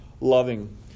loving